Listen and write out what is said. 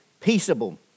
peaceable